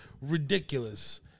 ridiculous